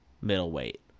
middleweight